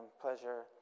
pleasure